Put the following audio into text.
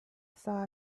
saw